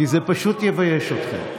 כי זה פשוט יבייש אתכם.